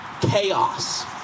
chaos